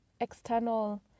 external